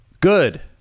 Good